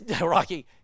Rocky